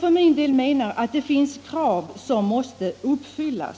För min del menar jag att det finns krav som måste uppfyllas,